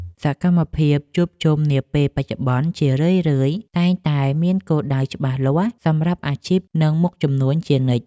សកម្មភាពជួបជុំនាពេលបច្ចុប្បន្នជារឿយៗតែងតែមានគោលដៅច្បាស់លាស់សម្រាប់អាជីពនិងមុខជំនួញជានិច្ច។